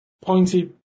Pointy